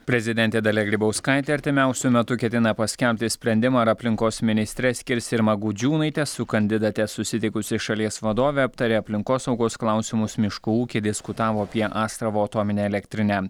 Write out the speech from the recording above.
prezidentė dalia grybauskaitė artimiausiu metu ketina paskelbti sprendimą ar aplinkos ministre skirs irmą gudžiūnaitę su kandidate susitikusi šalies vadovė aptarė aplinkosaugos klausimus miškų ūkį diskutavo apie astravo atominę elektrinę